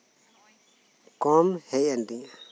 ᱠᱚᱢ ᱦᱮᱡ ᱮᱱ ᱛᱤᱧᱟᱹ